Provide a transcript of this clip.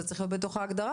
זה צריך להיות בתוך ההגדרה.